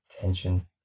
tension